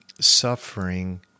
suffering